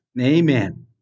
Amen